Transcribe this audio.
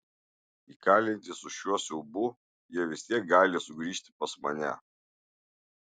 įkalinti su šiuo siaubu jie vis tiek gali sugrįžti pas mane